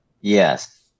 Yes